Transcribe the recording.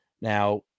Now